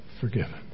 forgiven